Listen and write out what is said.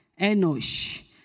Enosh